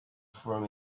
from